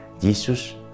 Jesus